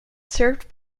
served